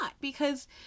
because-